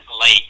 lake